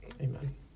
Amen